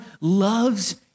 loves